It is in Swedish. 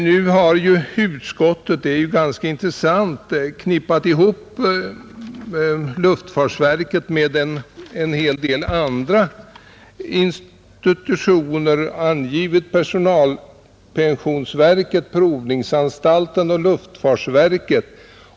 Nu har ju utskottet — det är ganska intressant — knippat ihop luftfartsverket med en hel del andra institutioner. Man har angivit personalpensionsverket, provningsanstalten och luftfartsverket.